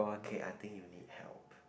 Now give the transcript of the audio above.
K I think you need help